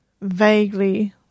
Vaguely